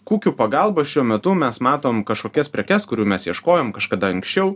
kukių pagalba šiuo metu mes matom kažkokias prekes kurių mes ieškojom kažkada anksčiau